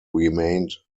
remained